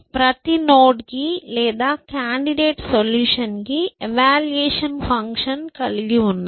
ప్రతి నోడ్ కి లేదా కాండిడేట్ సొల్యూషన్కి ఎవాల్యూయేషన్ ఫంక్షన్కలిగి ఉన్నాం